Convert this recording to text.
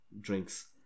Drinks